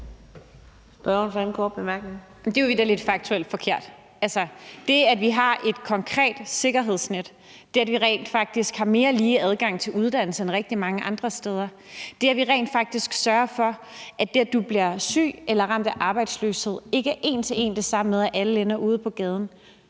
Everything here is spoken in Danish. Victoria Velasquez (EL): Det er jo vitterlig faktuelt forkert. Det, at vi har et konkret sikkerhedsnet, det, at vi rent faktisk har mere lige adgang til uddannelse, end de har rigtig mange andre steder, det, at vi rent faktisk sørger for, at det, at du bliver syg eller bliver ramt af arbejdsløshed, ikke er en til en det samme med, at alle ender ude på gaden,